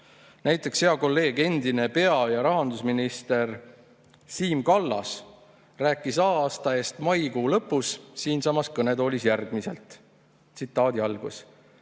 Näiteks hea kolleeg, endine pea‑ ja rahandusminister Siim Kallas rääkis aasta eest maikuu lõpus siinsamas kõnetoolis järgmiselt. "Selle